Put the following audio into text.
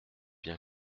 bien